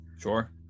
sure